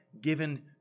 given